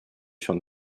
schon